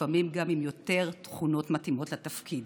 ולפעמים גם עם יותר תכונות מתאימות לתפקיד.